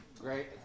Great